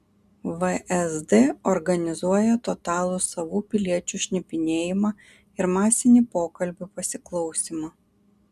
vsd organizuoja totalų savų piliečių šnipinėjimą ir masinį pokalbių pasiklausymą